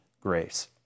grace